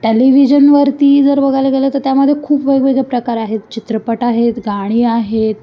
टॅलिव्हिजनवरती जर बघायला गेलं तर त्यामध्ये खूप वेगवेगळे प्रकार आहेत चित्रपट आहेत गाणी आहेत